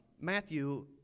Matthew